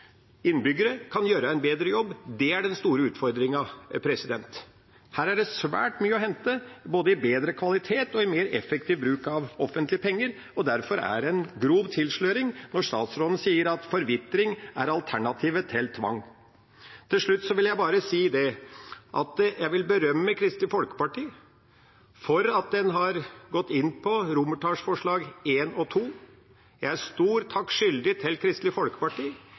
innbyggere kan gjøre en bedre jobb. Det er den store utfordringen. Her er det svært mye å hente både i bedre kvalitet og i mer effektiv bruk av offentlige penger. Derfor er det en grov tilsløring når statsråden sier at forvitring er alternativet til tvang. Til slutt vil jeg berømme Kristelig Folkeparti for at en har gått inn på forslag til vedtak I og II. Jeg er Kristelig Folkeparti stor takk skyldig. Jeg merker meg at Høyre og Fremskrittspartiet ikke støtter Kristelig Folkeparti